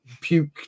puke